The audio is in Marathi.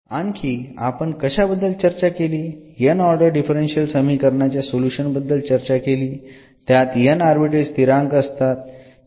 आणखी आपण कशाबद्दल चर्चा केली n ऑर्डर डिफरन्शियल समीकरणाच्या सोल्युशन बद्दल चर्चा केली त्यात n आर्बिट्ररी स्थिरांक असतात